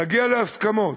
להגיע להסכמות.